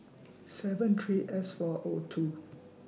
seven three S four O two